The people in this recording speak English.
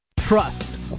Trust